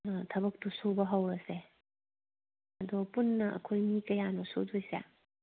ꯊꯕꯛꯁꯨ ꯁꯨꯕ ꯍꯧꯔꯁꯦ ꯑꯗꯣ ꯄꯨꯟꯅ ꯑꯩꯈꯣꯏ ꯃꯤ ꯀꯌꯥꯅꯣ ꯁꯨꯗꯣꯏꯁꯦ